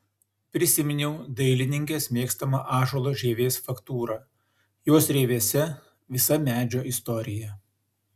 prisiminiau dailininkės mėgstamą ąžuolo žievės faktūrą jos rievėse visa medžio istorija